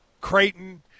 Creighton